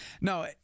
no